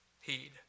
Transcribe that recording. heed